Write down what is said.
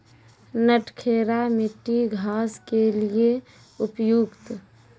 नटखेरा मिट्टी घास के लिए उपयुक्त?